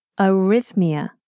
Arrhythmia